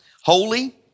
holy